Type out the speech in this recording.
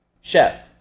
Chef